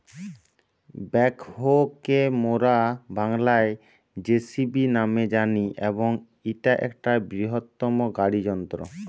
backhoe কে মোরা বাংলায় যেসিবি ন্যামে জানি এবং ইটা একটা বৃহত্তম গাড়ি যন্ত্র